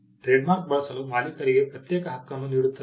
trademark ಬಳಸಲು ಮಾಲೀಕರಿಗೆ ಪ್ರತ್ಯೇಕ ಹಕ್ಕನ್ನು ನೀಡುತ್ತದೆ